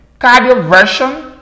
cardioversion